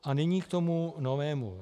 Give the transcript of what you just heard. A nyní k tomu novému.